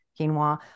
quinoa